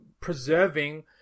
preserving